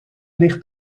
ligt